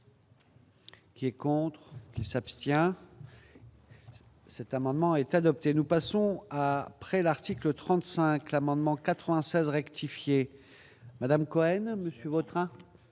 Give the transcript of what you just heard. Qui est contre qui s'abstient. Cet amendement est adopté, nous passons à après l'article 35 l'amendement 96 rectifier Madame Cohen monsieur votera